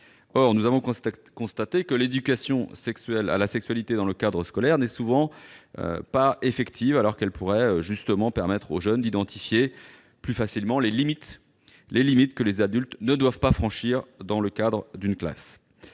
Or nous avons constaté que l'éducation à la sexualité dans le cadre scolaire n'est souvent pas effective, alors qu'elle pourrait justement permettre aux jeunes d'identifier plus facilement les limites que les adultes ne doivent pas franchir dans le cadre d'une classe.